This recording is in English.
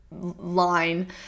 line